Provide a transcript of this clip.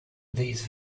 these